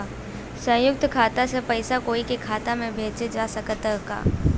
संयुक्त खाता से पयिसा कोई के खाता में भेजल जा सकत ह का?